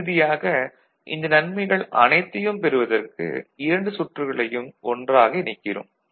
இறுதியாக இந்த நன்மைகள் அனைத்தையும் பெறுவதற்கு இரண்டு சுற்றுகளையும் ஒன்றாக இணைக்கிறோம்